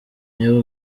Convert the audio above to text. niba